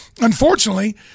Unfortunately